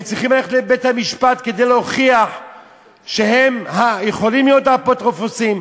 הם צריכים ללכת לבית-המשפט כדי להוכיח שהם יכולים להיות האפוטרופוסים.